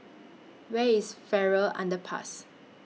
Where IS Farrer Underpass